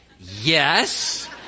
Yes